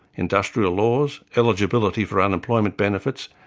industrial laws, eligibility for unemployment benefits,